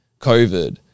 COVID